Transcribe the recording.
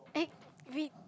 eh we